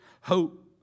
Hope